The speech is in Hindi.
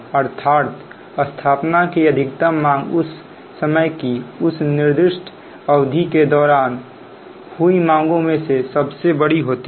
अर्थात स्थापना की अधिकतम मांग समय की उस निर्दिष्ट अवधि के दौरान हुई मांगों में से सबसे बड़ी है